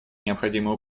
необходимые